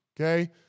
okay